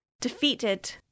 defeated